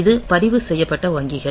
இது பதிவு செய்யப்பட்ட வங்கிகள்